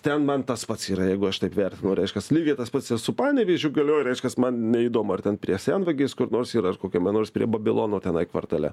ten man tas pats yra jeigu aš taip vertinu reiškias lygiai tas pats i su panevėžio galioja reiškias man neįdomu ar ten prie senvagės kur nors yra ar kokiame nors prie babilono tenai kvartale